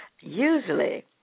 Usually